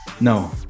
No